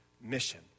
mission